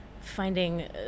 finding